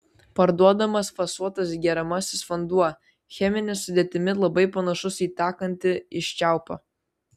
parduodamas fasuotas geriamasis vanduo chemine sudėtimi labai panašus į tekantį iš čiaupo